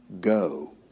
go